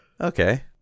Okay